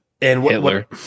Hitler